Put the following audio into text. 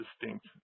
distinct